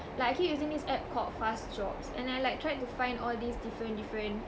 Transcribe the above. like I keep using this app called fast jobs and I like tried to find all these different different